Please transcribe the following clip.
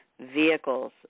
vehicles